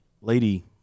lady